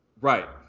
right